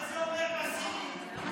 מה זה אומר, אז